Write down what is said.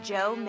Joe